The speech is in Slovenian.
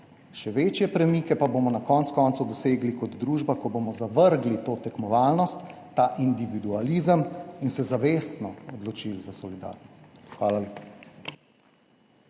še večje premike pa bomo na koncu koncev dosegli kot družba, ko bomo zavrgli to tekmovalnost, ta individualizem in se zavestno odločili za solidarnost. Hvala